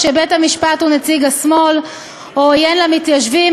ביהודה ושומרון הריבון הוא צבא ההגנה לישראל,